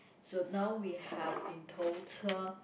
so now we have in total